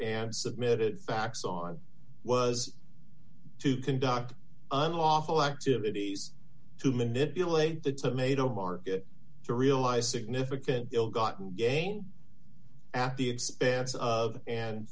and submitted facts on was to conduct unlawful activities to manipulate the tomato market to realize significant ill gotten gain at the expense of and